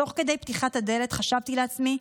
תוך כדי פתיחת הדלת חשבתי לעצמי,